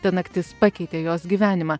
ta naktis pakeitė jos gyvenimą